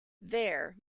there